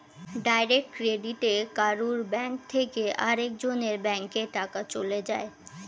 direct ক্রেডিটে কারুর bank থেকে আরেক জনের ব্যাংকে টাকা চলে যায়